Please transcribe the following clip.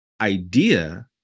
idea